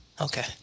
Okay